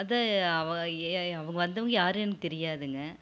அதான் அவங்க வந்தவங்க யாருன்னு தெரியாதுங்க